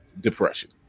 depression